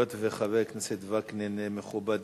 היות שחבר הכנסת וקנין מכובדי,